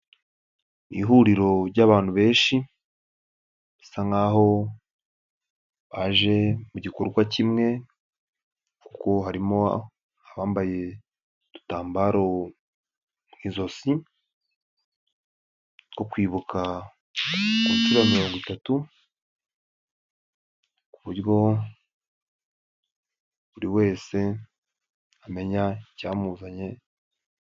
Ihuriro ry'abantutu benshi bisa nkaho baje mu gikorwa kimwe, kuko harimo abambaye udutambaro mu ijosi two kwibuka inshuro ya mirongo itatu, ku buryo buri wese amenya icyamuzanye.